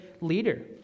leader